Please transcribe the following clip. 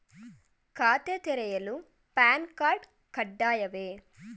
ಖಾತೆ ತೆರೆಯಲು PAN card ಕಡ್ಡಾಯವೇ?